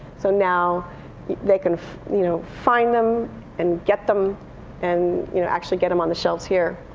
so now they can you know find them and get them and you know actually get them on the shelves here.